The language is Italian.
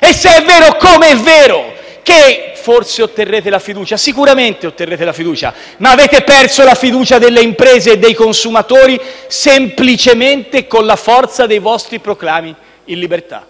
Se è vero come è vero che forse otterrete la fiducia - anzi, sicuramente la otterrete - avete però perso la fiducia delle imprese e dei consumatori, semplicemente con la forza dei vostri proclami in libertà.